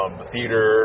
theater